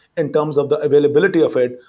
and terms of the availability of it,